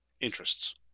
interests